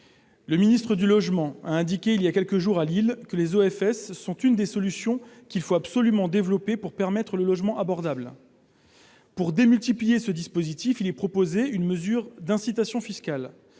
Le ministre du logement a indiqué il y a quelques jours à Lille que le dispositif des OFS « est une des solutions qu'il faut absolument développer pour permettre le logement abordable ». Pour démultiplier ce dispositif, nous proposons une mesure d'incitation fiscale.